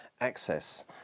access